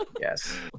Yes